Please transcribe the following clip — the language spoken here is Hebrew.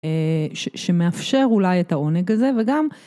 שמאפשר אולי את העונג הזה וגם.